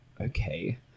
okay